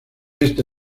esta